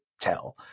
tell